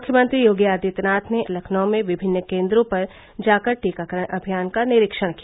मुख्यमंत्री योगी आदित्यनाथ ने लखनऊ में विभिन्न केन्द्रों में जाकर टीकाकरण अभियान का निरीक्षण किया